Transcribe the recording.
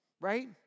Right